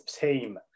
team